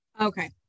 Okay